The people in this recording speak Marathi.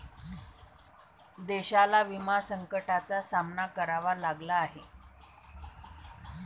देशाला विमा संकटाचा सामना करावा लागला आहे